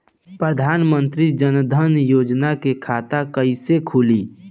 प्रधान मंत्री जनधन योजना के खाता कैसे खुली?